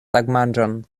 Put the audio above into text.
tagmanĝon